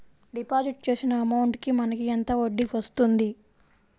Deposit చేసిన amount కి మనకి ఎంత వడ్డీ వస్తుంది?